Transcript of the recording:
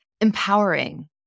empowering